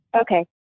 Okay